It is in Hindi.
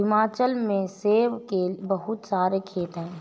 हिमाचल में सेब के बहुत सारे खेत हैं